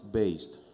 based